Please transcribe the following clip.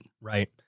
Right